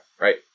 right